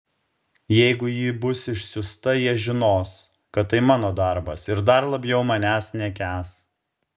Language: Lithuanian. jeigu ji bus išsiųsta jie žinos kad tai mano darbas ir dar labiau manęs nekęs